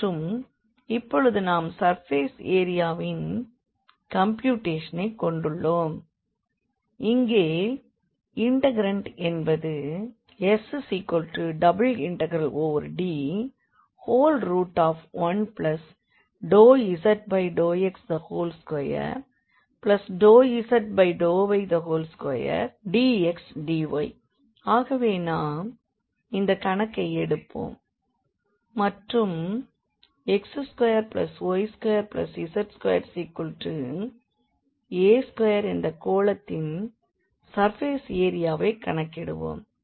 மற்றும் இப்பொழுது நாம் சர்ஃபேஸ் ஏரியாவின் கம்பியூட்டேஷனைக் கொண்டுள்ளோம் இங்கே இண்டெக்ரண்ட் என்பது S∬D1∂z∂x2∂z∂y2dxdy ஆகவே நாம் இந்த கணக்கை எடுப்போம் மற்றும் x2y2z2a2 என்ற கோளத்தின் சர்ஃபேஸ் ஏரியாவை கணக்கிடுவோம்